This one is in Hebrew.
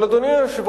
אבל, אדוני היושב-ראש,